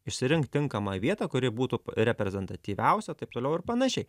išsirinkt tinkamą vietą kuri būtų reprezentatyviausia taip toliau ir panašiai